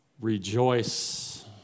rejoice